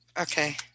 Okay